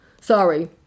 Sorry